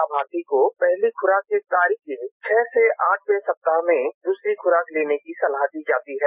लाभार्थी को पहली खुराक की तारीख के छह से आठवें सप्ताह में दूसरी खुराक लेने की सलाह दी जाती है